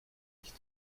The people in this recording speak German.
nicht